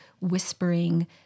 whispering